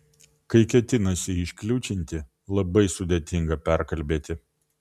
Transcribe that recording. kai ketinasi iškliūčinti labai sudėtinga perkalbėti